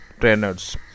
trainers